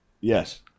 Yes